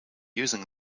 using